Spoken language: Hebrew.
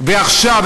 ועכשיו,